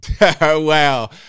Wow